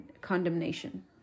condemnation